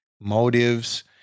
motives